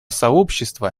сообщества